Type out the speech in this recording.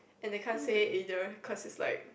and they can't say it either cause it's like